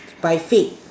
by fate